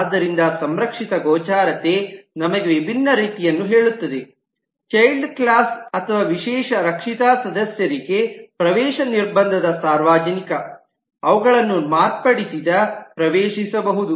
ಆದ್ದರಿಂದ ಸಂರಕ್ಷಿತ ಗೋಚರತೆ ನಮಗೆ ವಿಭಿನ್ನ ರೀತಿಯನ್ನು ಹೇಳುತ್ತದೆ ಚೈಲ್ಡ್ ಕ್ಲಾಸ್ ಅಥವಾ ವಿಶೇಷ ರಕ್ಷಿತ ಸದಸ್ಯರಿಗೆ ಪ್ರವೇಶ ನಿರ್ಬಂಧದ ಸಾರ್ವಜನಿಕ ಅವುಗಳನ್ನು ಮಾರ್ಪಡಿಸಿದ ಪ್ರವೇಶಿಸಬಹುದು